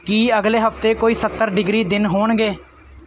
ਕੀ ਅਗਲੇ ਹਫ਼ਤੇ ਕੋਈ ਸੱਤਰ ਡਿਗਰੀ ਦਿਨ ਹੋਣਗੇ